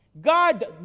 God